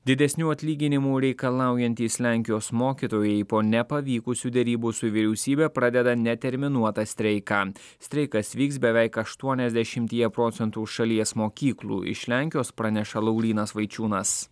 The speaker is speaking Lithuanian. didesnių atlyginimų reikalaujantys lenkijos mokytojai po nepavykusių derybų su vyriausybe pradeda neterminuotą streiką streikas vyks beveik aštuoniasdešimtyje procentų šalies mokyklų iš lenkijos praneša laurynas vaičiūnas